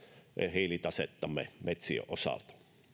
hiilitasettamme metsien osalta